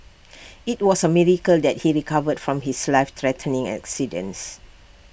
IT was A miracle that he recovered from his life threatening accidents